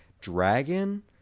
dragon